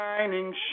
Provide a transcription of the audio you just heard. Shining